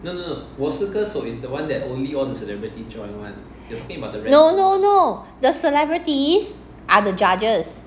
no no no the celebrities are the judges